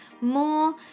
more